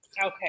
Okay